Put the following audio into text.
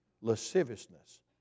Lasciviousness